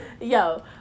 Yo